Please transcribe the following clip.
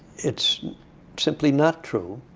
it's simply not true.